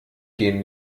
gehen